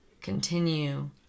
continue